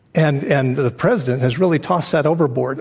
and and the president has really tossed that overboard.